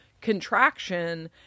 contraction